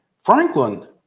Franklin